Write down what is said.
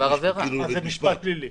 זה משפט פלילי,